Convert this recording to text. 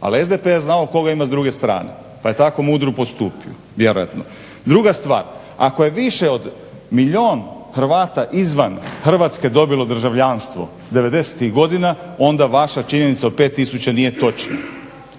ali SDP je znao koga ima s druge strane pa je tako mudro postupio vjerojatno. Druga stvar, ako je više od milijun Hrvata izvan Hrvatske dobilo državljanstvo '90-ih godina onda vaša činjenica od 5 tisuća nije točna.